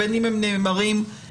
בין אם הם נאמרים לעצמו